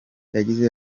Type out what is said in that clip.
yagize